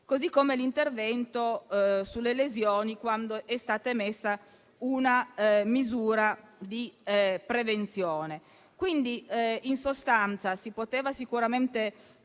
vale per l'intervento sulle lesioni, quando è stata emessa una misura di prevenzione. In sostanza, si poteva sicuramente